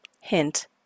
Hint